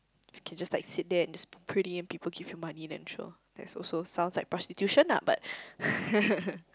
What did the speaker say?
if you just like sit there and just pretty and people give you money then sure that's also sounds like prostitution ah but